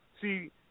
see